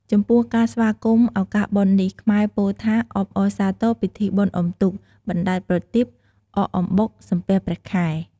ចំពោះការស្វាគមន៍ឱកាសបុណ្យនេះ ខ្មែរពោលថា អបអរសាទរពិធីបុណ្យអ៊ុំទូក បណ្ដែតប្រទីប អកអំបុក សំពះព្រះខែ។